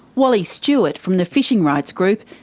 wally stewart, from the fishing rights group,